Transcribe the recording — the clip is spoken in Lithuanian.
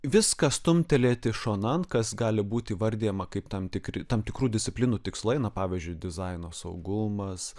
viską stumtelėti šonan kas gali būti įvardijama kaip tam tikri tam tikrų disciplinų tikslai pavyzdžiui dizainas saugumas